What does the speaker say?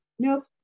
Nope